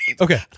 Okay